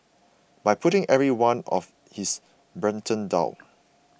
by putting every one of his brethren down